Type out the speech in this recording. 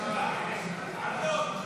אמצע הצבעה, אז תתקרב.